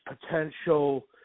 potential